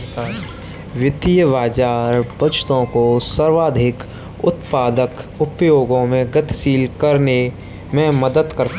वित्तीय बाज़ार बचतों को सर्वाधिक उत्पादक उपयोगों में गतिशील करने में मदद करता है